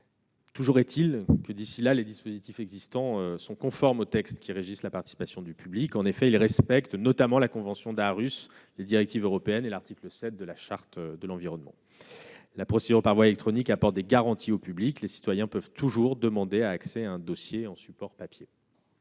Toujours est-il que les dispositifs existants sont conformes aux textes qui régissent la participation du public. Ils respectent notamment la convention d'Aarhus, les directives européennes et l'article 7 de la Charte de l'environnement. La procédure par voie électronique offre des garanties au public : ainsi, les citoyens peuvent toujours demander à avoir accès à un dossier sur support papier.